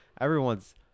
everyone's